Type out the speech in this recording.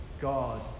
God